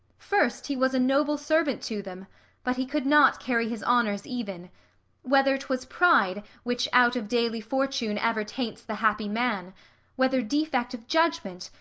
first he was a noble servant to them but he could not carry his honours even whether twas pride, which out of daily fortune ever taints the happy man whether defect of judgment,